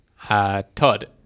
Todd